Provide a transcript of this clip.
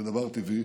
זה דבר טבעי,